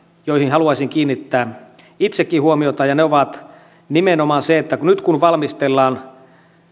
joihin haluaisin kiinnittää itsekin huomiota ja ne ovat nimenomaan se että nyt kun valmistellaan